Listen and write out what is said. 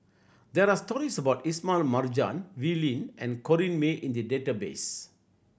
there are stories about Ismail Marjan Wee Lin and Corrinne May in the database